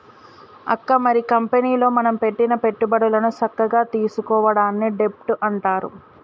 అక్క మరి కంపెనీలో మనం పెట్టిన పెట్టుబడులను సక్కగా తీసుకోవడాన్ని డెబ్ట్ అంటారు